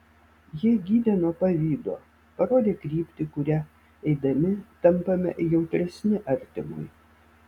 jie gydė nuo pavydo parodė kryptį kuria eidami tampame jautresni artimui